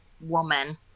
woman